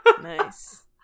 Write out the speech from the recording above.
Nice